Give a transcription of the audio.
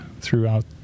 throughout